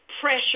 pressure